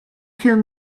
kill